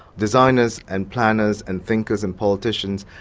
designers and planners and thinkers and politicians,